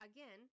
Again